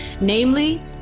namely